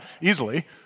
easily